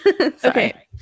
Okay